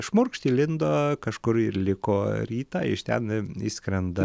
šmurkšt įlindo kažkur ir liko rytą iš ten išskrenda